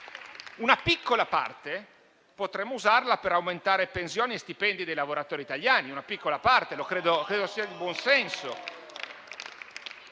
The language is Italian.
Una piccola parte potremmo usarla per aumentare pensioni e stipendi dei lavoratori italiani;